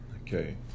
Okay